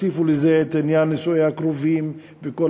תוסיפו לזה את עניין נישואי הקרובים וכל